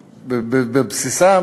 בבסיסם,